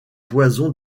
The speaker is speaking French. poison